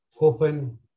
open